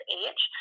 age